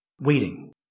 waiting